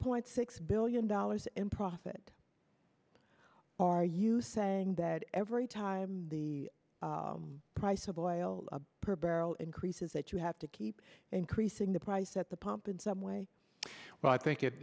point six billion dollars in profit are you saying that every time the price of oil per barrel increases that you have to keep increasing the price at the pump in some way well i think